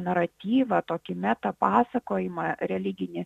naratyvą tokį meta pasakojimą religinį